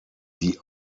die